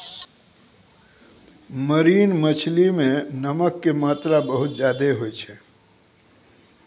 marine मछली मॅ नमक के मात्रा बहुत ज्यादे होय छै